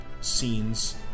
scenes